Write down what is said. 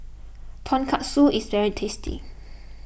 Tonkatsu is very tasty